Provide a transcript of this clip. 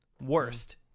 Worst